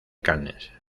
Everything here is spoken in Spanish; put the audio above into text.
cannes